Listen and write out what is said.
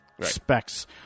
specs